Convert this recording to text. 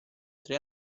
tre